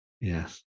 Yes